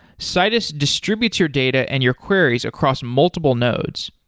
citus distributes your data and your queries across multiple nodes.